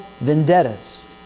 vendettas